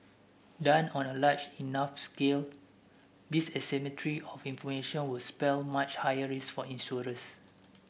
done on a large enough scale this asymmetry of information was spell much higher risk for insurers